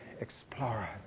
explorer